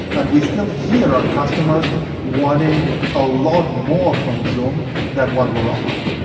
and we still hear our customers wanting a lot more from zoom than what weaeurre offering.